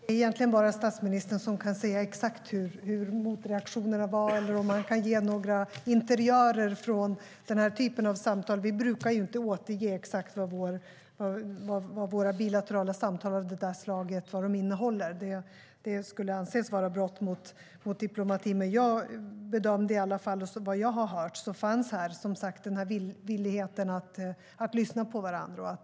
Herr talman! Det är egentligen bara statsministern som kan säga exakt hur motreaktionerna var eller om man kan ge några interiörer från den här typen av samtal. Vi brukar inte återge exakt vad våra bilaterala samtal av det slaget innehåller. Det skulle anses vara ett brott mot diplomatin. Jag bedömde - och det är vad jag har hört - att villigheten att lyssna på varandra fanns.